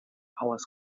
hours